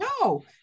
no